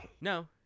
No